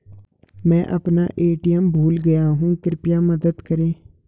मैं अपना ए.टी.एम भूल गया हूँ, कृपया मदद करें